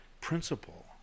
principle